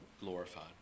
glorified